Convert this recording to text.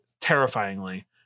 Terrifyingly